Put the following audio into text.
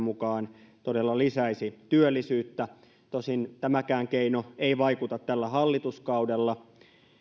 mukaan todella lisäisi työllisyyttä tosin tämäkään keino ei vaikuta tällä hallituskaudella